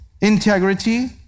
integrity